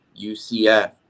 UCF